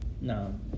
No